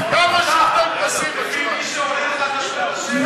כמה שיותר, אם מישהו עונה לך, אתה שואל את השאלה?